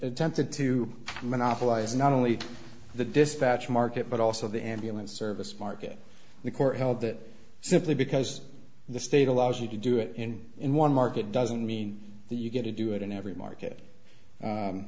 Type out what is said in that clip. attempted to monopolize not only the dispatch market but also the ambulance service market the court held that simply because the state allows you to do it in in one market doesn't mean that you get to do it in every market